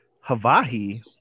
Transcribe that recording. Hawaii